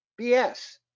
BS